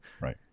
right